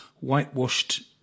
whitewashed